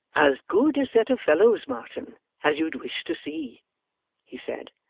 as good a set of fellows, marton, as you'd wish to see he said,